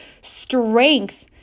strength